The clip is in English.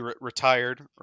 retired